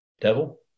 Devil